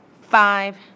five